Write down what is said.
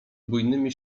bujnymi